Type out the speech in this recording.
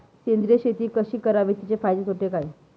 सेंद्रिय शेती कशी करावी? तिचे फायदे तोटे काय?